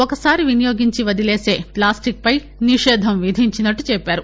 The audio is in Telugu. ఒకసారి వినియోగించి వదిలేసే ప్లాస్టిక్పై నిషేధం విధించిన్నట్లు చెప్పారు